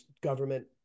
government